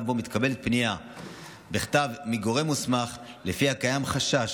שבו מתקבלת פנייה בכתב מגורם מוסמך שלפיה קיים חשש